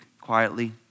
quietly